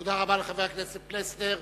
תודה רבה לחבר הכנסת פלסנר.